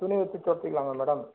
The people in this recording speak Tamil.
துணி வெச்சி தொடைச்சிக்கலாமா மேடம்